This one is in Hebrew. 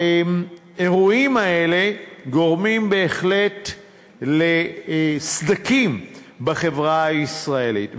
האירועים האלה גורמים בהחלט לסדקים בחברה הישראלית,